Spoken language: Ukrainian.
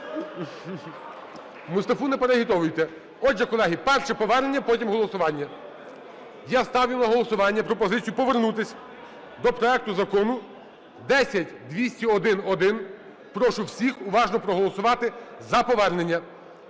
Мустафу не переагітовуйте. Отже, колеги, перше – повернення, потім – голосування. Я ставлю на голосування пропозицію повернутися до проекту Закону 10201-1. Прошу всіх уважно проголосувати за повернення.